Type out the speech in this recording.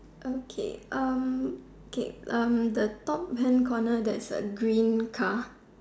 okay okay the top hand corner there's a green car